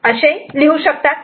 F1 1 x3 xN असे लिहू शकतात